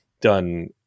done